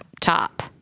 top